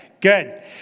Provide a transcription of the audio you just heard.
Good